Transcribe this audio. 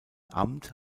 amt